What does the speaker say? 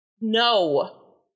No